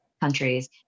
countries